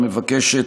שמבקשת,